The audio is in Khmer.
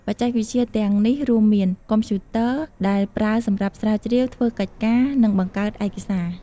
បច្ចេកវិទ្យាទាំងនេះរួមមាន កុំព្យូទ័រ ដែលប្រើសម្រាប់ស្រាវជ្រាវ ធ្វើកិច្ចការ និងបង្កើតឯកសារ។